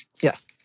Yes